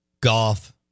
Golf